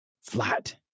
Flat